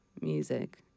music